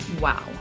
wow